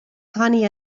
funny